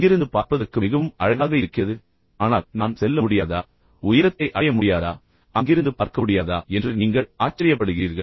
இங்கிருந்து பார்ப்பதற்கு மிகவும் அழகாக இருக்கிறது ஆனால் நான் செல்ல முடியாதா உயரமாக ஏற முடியாதா உயரத்தை அடைய முடியாதா பின்னர் அங்கிருந்து நன்கு பார்க்க முடியாதா என்று நீங்கள் ஆச்சரியப்படுகிறீர்கள்